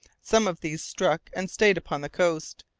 some of these struck and stayed upon the coast,